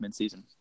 midseason